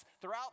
throughout